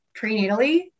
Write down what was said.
prenatally